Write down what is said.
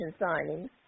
signings